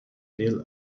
kneel